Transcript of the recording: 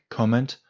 comment